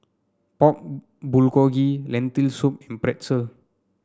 Pork Bulgogi Lentil Soup and Pretzel